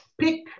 pick